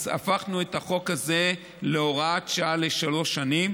הפכנו את החוק הזה להוראת שעה לשלוש שנים,